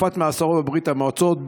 בתקופת מאסרו בברית המועצות,